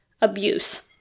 abuse